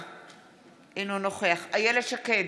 אינו נוכח איילת שקד,